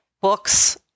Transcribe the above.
books